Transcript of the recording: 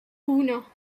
uno